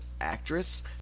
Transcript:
actress